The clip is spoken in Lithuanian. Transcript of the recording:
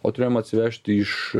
o turėjom atsivežti iš